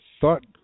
thought